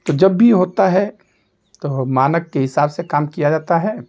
तो जब भी होता है तो हो मानक के हिसाब से काम किया जाता है